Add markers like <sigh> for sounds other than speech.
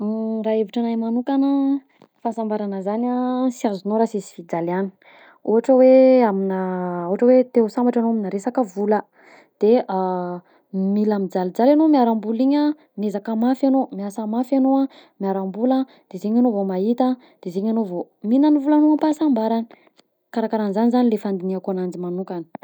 <hesitation> Raha hevitry anahy manokana fahasambarana zany a sy azonao raha sisy fijaliàgna, ohatra hoe aminà ohatra hoe te ho sambatra anao aminà resaka vola, de <hesitation> mila mijaliljaly anao miarambola, miezaka mafy anao, miasa mafy anao miarambola, de zegny anao vao mahita, de zegny anao vao magnany vola am-pahasambarana karakaraha anzany zany le fandinihako ananjy magnokana.